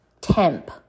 temp